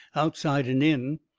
outside and in.